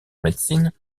médecine